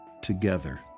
together